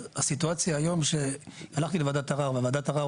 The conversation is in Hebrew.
הסיטואציה היום שהלכתי לוועדת ערער וועדת הערער